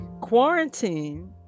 Quarantine